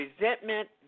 resentment